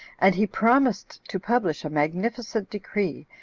and he promised to publish a magnificent decree,